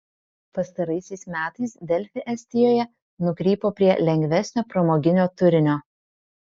pastaraisiais metais delfi estijoje nukrypo prie lengvesnio pramoginio turinio